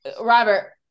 Robert